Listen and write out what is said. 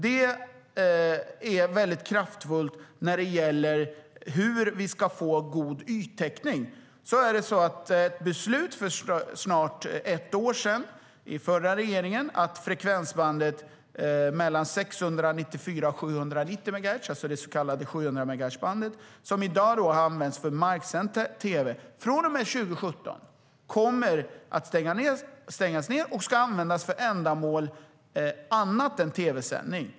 Det är väldigt kraftfullt när det gäller hur vi ska få god yttäckning. Det fattades ett beslut för snart ett år sedan av den förra regeringen att frekvensbandet 694-790 megahertz, det så kallade 700-megahertzbandet, som i dag används för marksänd tv, från och med 2017 kommer att stängas ned och ska användas för annat ändamål än tv-sändning.